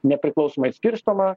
nepriklausomai skirstoma